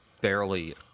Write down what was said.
barely